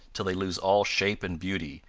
till they lose all shape and beauty,